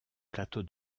plateau